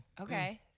Okay